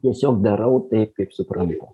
tiesiog darau taip kaip suprantu